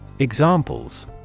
Examples